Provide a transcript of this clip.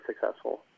successful